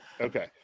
Okay